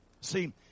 See